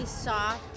soft